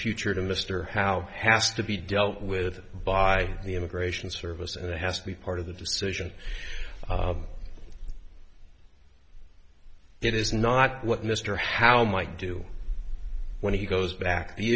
future to mr howe has to be dealt with by the immigration service and it has to be part of the decision it is not what mr howe might do when he goes back t